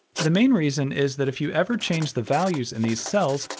the main reason is that if you ever change the values in these cells,